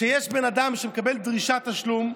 כשיש בן אדם שמקבל דרישת תשלום,